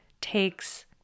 takes